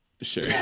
sure